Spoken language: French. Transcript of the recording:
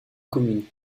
commune